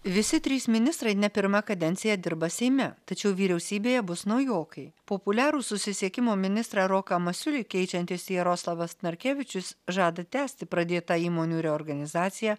visi trys ministrai ne pirma kadencija dirba seime tačiau vyriausybėje bus naujokai populiarų susisiekimo ministrą roką masiulį keičiantis jaroslavas narkevičius žada tęsti pradėtą įmonių reorganizaciją